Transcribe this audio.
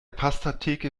pastatheke